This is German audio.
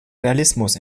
realismus